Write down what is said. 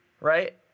right